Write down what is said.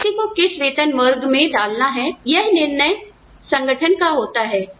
तो किसी को किस वेतन वर्ग में डालना है यह निर्णय संगठन का होता है